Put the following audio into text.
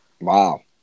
Wow